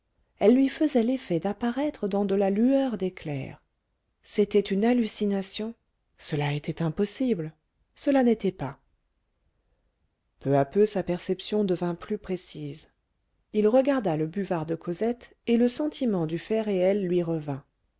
elles lui faisaient l'effet d'apparaître dans de la lueur d'éclair c'était une hallucination cela était impossible cela n'était pas peu à peu sa perception devint plus précise il regarda le buvard de cosette et le sentiment du fait réel lui revint